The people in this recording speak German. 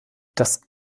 das